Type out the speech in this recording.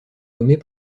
nommés